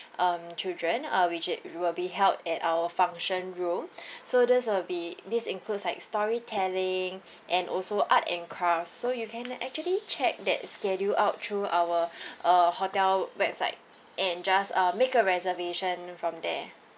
um children uh which it will be held at our function room so this will be this includes like storytelling and also art and craft so you can actually check that schedule out through our uh hotel website and just um make a reservation from there